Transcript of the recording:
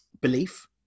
belief